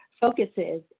focuses